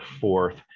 fourth